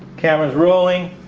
cameras rolling